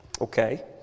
Okay